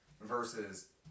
Versus